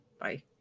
bye